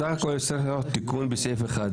בסך הכול, צריך תיקון בסעיף אחד.